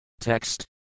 Text